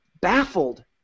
baffled